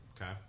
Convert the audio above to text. Okay